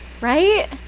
right